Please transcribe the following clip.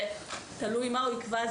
תלוי מה הוא יקבע,